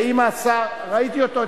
ראיתי אותו,